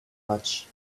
much